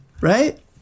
right